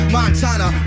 Montana